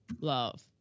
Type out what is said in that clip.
love